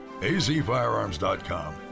azfirearms.com